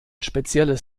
spezielles